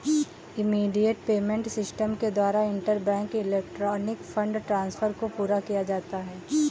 immediate payment system के द्वारा interbank electronic fund transfer को पूरा किया जाता है